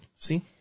See